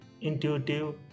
intuitive